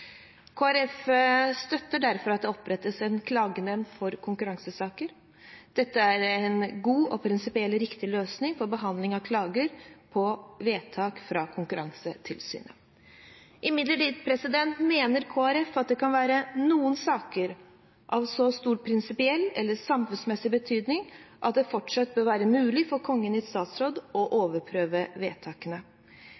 støtter derfor at det opprettes en klagenemnd for konkurransesaker. Dette er en god og prinsipielt riktig løsning for behandling av klager på vedtak fra Konkurransetilsynet. Imidlertid mener Kristelig Folkeparti at det kan være noen saker av så stor prinsipiell eller samfunnsmessig betydning at det fortsatt bør være mulig for Kongen i statsråd å